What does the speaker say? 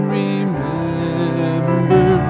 remember